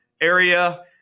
area